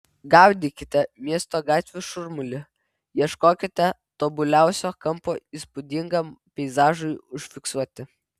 gaudykite miesto gatvių šurmulį ieškokite tobuliausio kampo įspūdingam peizažui užfiksuoti